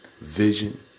vision